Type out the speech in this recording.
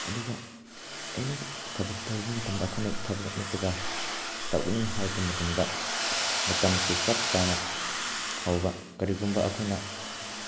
ꯑꯗꯨꯒ ꯑꯦꯅꯤ ꯊꯕꯛ ꯇꯧꯕ ꯃꯇꯝꯗ ꯑꯩꯈꯣꯏꯅ ꯊꯕꯛ ꯅꯠꯇꯔꯒ ꯇꯧꯒꯅꯤ ꯍꯥꯏꯕ ꯃꯇꯝꯗ ꯃꯇꯝꯁꯦ ꯆꯞ ꯆꯥꯅ ꯇꯧꯕ ꯀꯔꯤꯒꯨꯝꯕ ꯑꯩꯈꯣꯏꯅ